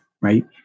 right